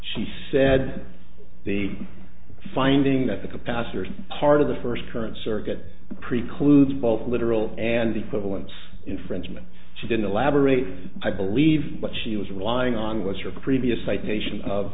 she said the finding that the capacitor part of the first current circuit precludes both literal and the government's infringement she didn't elaborate i believe what she was relying on was your previous citation of